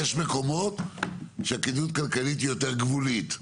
ויש מקומות שהכדאיות הכלכלית יותר גבולית.